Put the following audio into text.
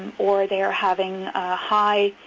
and or they are having high